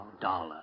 Dollar